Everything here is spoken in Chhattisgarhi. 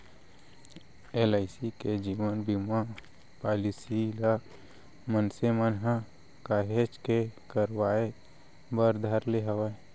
एल.आई.सी के जीवन बीमा पॉलीसी ल मनसे मन ह काहेच के करवाय बर धर ले हवय